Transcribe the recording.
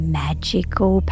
magical